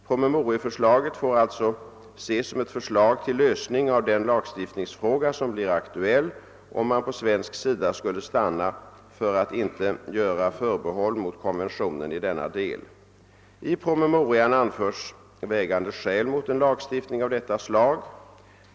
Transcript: Promemorieförslaget får alltså ses som ett förslag till lösning av den lagstiftningsfråga som blir aktuell, om man på svensk sida skulle stanna för att inte göra förbehåll mot konventionen i denna del. I promemorian anförs vägande skäl mot en lagstiftning av detta slag.